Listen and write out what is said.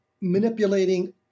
manipulating